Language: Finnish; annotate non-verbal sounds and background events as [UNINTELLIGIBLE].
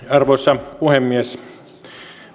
[UNINTELLIGIBLE] arvoisa puhemies maakunta